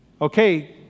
okay